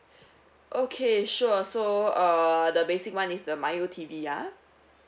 okay sure so uh the basic [one] is the mio T_V ah